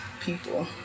people